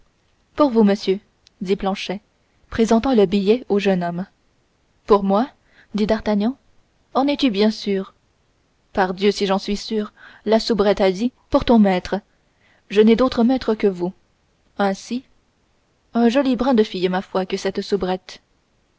pour vous monsieur dit planchet présentant le billet au jeune homme pour moi dit d'artagnan en es-tu bien sûr pardieu si j'en suis sûr la soubrette a dit pour ton maître je n'ai d'autre maître que vous ainsi un joli brin de fille ma foi que cette soubrette